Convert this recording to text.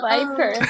Viper